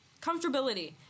comfortability